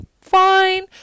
fine